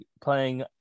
playing